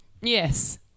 Yes